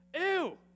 ew